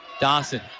Dawson